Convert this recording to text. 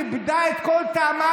איבדה את כל טעמה,